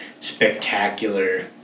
spectacular